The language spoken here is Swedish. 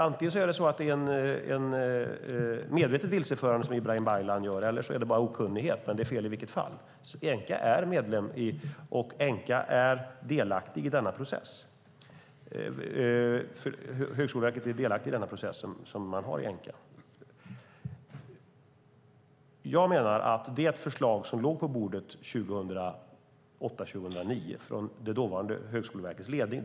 Antingen är det ett medvetet vilseförande från Ibrahim Baylan eller också är det okunnighet. Det är i alla fall fel. Högskoleverket är delaktigt i Enqas process. Det var inte alls så att alla var eniga om det förslag som låg på bordet 2008-2009 från det dåvarande Högskoleverkets ledning.